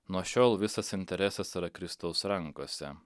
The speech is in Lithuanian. nuo šiol visas interesas yra kristaus rankose